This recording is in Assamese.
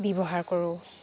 ব্যৱহাৰ কৰোঁ